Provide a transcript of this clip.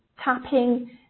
tapping